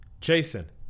Jason